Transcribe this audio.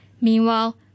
Meanwhile